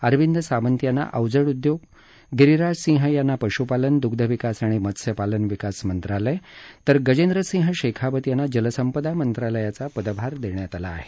अरविंद सावंत यांना अवजड उद्योग गिरीराज सिंह यांना पशुपालन दुग्धविकास आणि मत्सपालन विकास मंत्रालय तर गजेंद्र सिंह शेखावत यांना जलसंपदा मंत्रालयाचा पदभार देण्यात आला आहे